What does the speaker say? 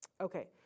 okay